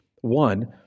one